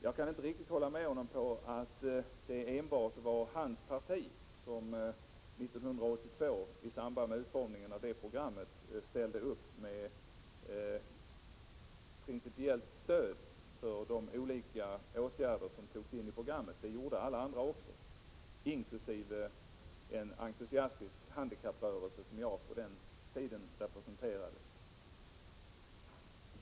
Jag kan dock inte riktigt hålla med honom om att det var enbart hans parti som år 1982 i samband med tillkomsten av det programmet ställde upp med principiellt stöd till de olika åtgärder som togs in i programmet. Det gjorde också alla andra partier inklusive en entusiastisk handikapprörelse, som jag representerade på den tiden.